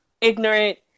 ignorant